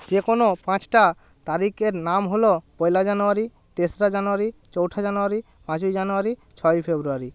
যে কোনো পাঁচটা তারিখের নাম হলো পয়লা জানুয়ারি তেসরা জানুয়ারি চৌঠা জানোয়ারি পাঁচই জানুয়ারি ছয়ই ফেব্রুয়ারি